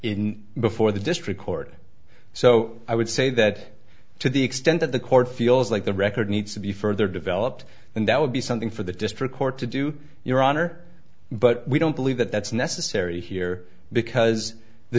in before the district court so i would say that to the extent that the court feels like the record needs to be further developed and that would be something for the district court to do your honor but we don't believe that that's necessary here because the